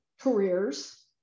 careers